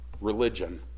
religion